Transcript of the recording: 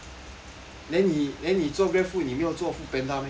then 你 then 你做 GrabFood 你没有做 food panda meh